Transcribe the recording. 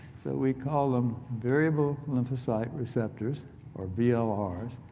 so we call them variable lymphocyte receptors or vlrs.